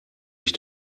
ich